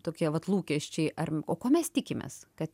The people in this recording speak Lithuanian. tokie vat lūkesčiai ar o ko mes tikimės kad